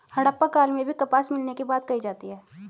हड़प्पा काल में भी कपास मिलने की बात कही जाती है